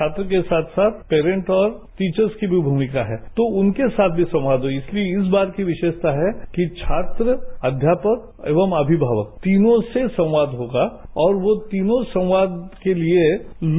छात्र के साथ साथ पैरेंट और टीचर्स की भी भूषिका है तो उनके साथ भी संवाद हुई इसलिए इस बार की विरोपता है कि छात्र अध्यापक एवं अमिभावक तीनों से संवाद होगा और वह तीनों संवाद के लिए